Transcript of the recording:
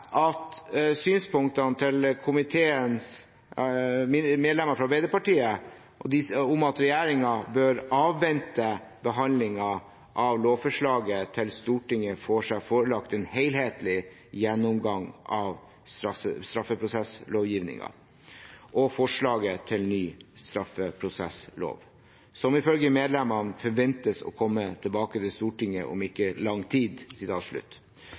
meg synspunktene til komiteens medlemmer fra Arbeiderpartiet, om at regjeringen «bør avvente behandlingen av dette lovforslaget til Stortinget får seg forelagt den varslede helhetlige gjennomgangen av og forslag til endringer i straffeprosessloven som forventes å komme til Stortinget om ikke lang tid».